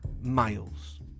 Miles